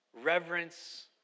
reverence